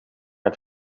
het